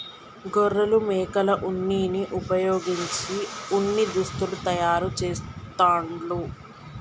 గొర్రెలు మేకల ఉన్నిని వుపయోగించి ఉన్ని దుస్తులు తయారు చేస్తాండ్లు